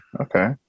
Okay